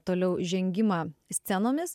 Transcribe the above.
toliau žengimą scenomis